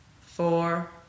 four